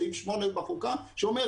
סעיף 8 בחוקה שאומר,